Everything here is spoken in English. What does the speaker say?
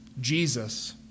Jesus